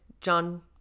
John